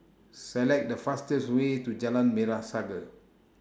Select The fastest Way to Jalan Merah Saga